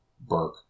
Burke